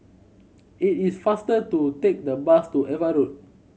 it is faster to take the bus to Ava Road